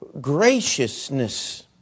graciousness